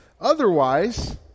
Otherwise